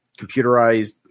computerized